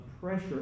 pressure